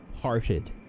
parted